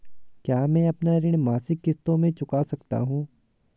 क्या मैं अपना ऋण मासिक किश्तों में चुका सकता हूँ?